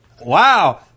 wow